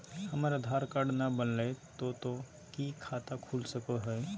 हमर आधार कार्ड न बनलै तो तो की खाता खुल सको है?